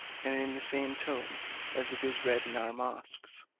and in the same tone as it is read in our mosques.